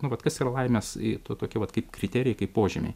nu vat kas yra laimės i to tokie vat kaip kriterijai kaip požymiai